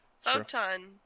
Photon